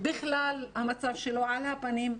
בכלל המצב שלו על הפנים,